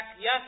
yes